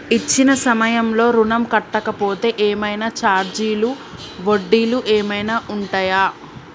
ఇచ్చిన సమయంలో ఋణం కట్టలేకపోతే ఏమైనా ఛార్జీలు వడ్డీలు ఏమైనా ఉంటయా?